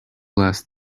last